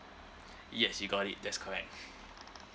yes you got it that's correct